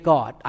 God